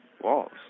walls